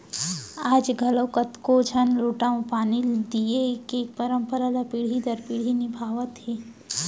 आज घलौक कतको झन लोटा म पानी दिये के परंपरा ल पीढ़ी दर पीढ़ी निभात हें